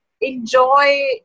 enjoy